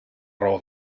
raó